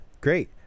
great